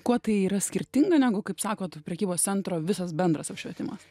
kuo tai yra skirtinga negu kaip sakot prekybos centro visas bendras apšvietimas